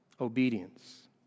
Obedience